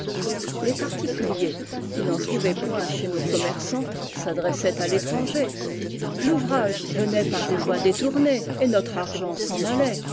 les particuliers qui n'en trouvaient point chez nos commerçants s'adressaient à l'étranger l'ouvrage venait par des voies détournées et notre argent s'en allait